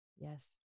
Yes